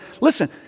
Listen